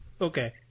Okay